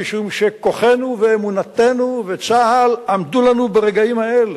משום שכוחנו ואמונתנו וצה"ל עמדו לנו ברגעים האלה.